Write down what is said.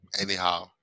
anyhow